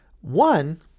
One